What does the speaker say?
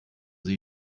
sie